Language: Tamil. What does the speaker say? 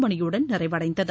மணியுடன் நிறைவடைந்தது